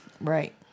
Right